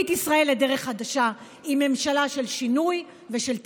את ישראל לדרך חדשה עם ממשלה של שינוי ושל תקווה.